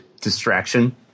distraction